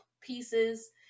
pieces